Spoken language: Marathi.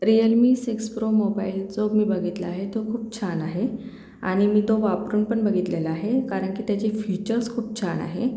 रिअलमी सिक्स प्रो मोबाईल जो मी बघितला आहे तो खूप छान आहे आणि मी तो वापरून पण बघितलेला आहे कारण की त्याचे फीचर्स खूप छान आहे